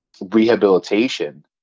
rehabilitation